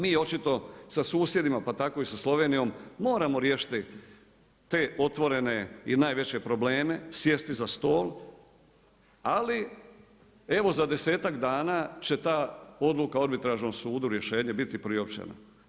Mi očito sa susjedima pa tako i sa Slovenijom moramo riješiti te otvorene i najveće probleme, sjesti za stol, ali evo za desetak dana će ta odluka o Arbitražnom sudu, rješenje biti priopćeno.